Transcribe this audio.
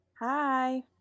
Hi